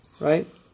right